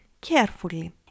carefully